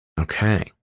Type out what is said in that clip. Okay